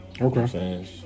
Okay